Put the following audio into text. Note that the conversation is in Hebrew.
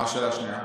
מה השאלה השנייה?